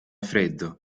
freddo